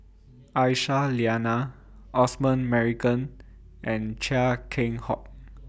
Aisyah Lyana Osman Merican and Chia Keng Hock